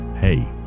Hey